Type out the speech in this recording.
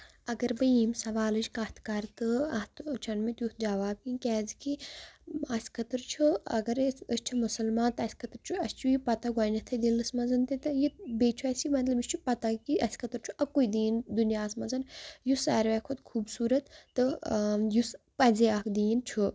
اَگر بہٕ ییٚمہِ سوالٕچ کَتھ کرٕ تہٕ اَتھ چھُ نہٕ مےٚ تیُتھ جواب کیٚنہہ کیازِ کہِ اَسہِ خٲطر چھُ أسۍ چھِ مُسلمان تہٕ اَسہِ خٲطر چھُ اَسہِ چھُ یہِ پَتہ گۄڈٕنیتھٕے یہِ دِلَس منٛزن تہِ تہٕ یہِ بیٚیہِ چھُ اَسہِ یہِ مطلب یہِ چھُ پَتہ کہِ اَسہِ خٲطر چھُ اَکُوٚے دیٖن دُنیاہَس منٛزن یُس ساروی کھۄتہٕ خوٗبصوٗرت تہٕ یُس پَزے اکھ دیٖن چھُ